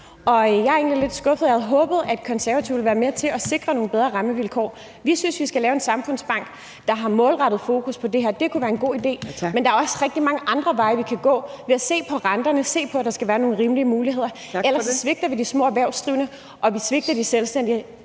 jeg er egentlig lidt skuffet, for jeg havde håbet, at Konservative ville være med til at sikre nogle bedre rammevilkår. Vi synes, man skal lave en samfundsbank, der har målrettet fokus på det her. Det kunne være en god idé, men der er også rigtig mange andre veje, vi kunne gå: vi kunne at se på renterne, se på, at der skal være nogle rimelige muligheder. Ellers svigter vi de små erhvervsdrivende, og vi svigter de selvstændige